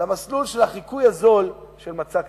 למסלול של החיקוי הזול של מצע קדימה.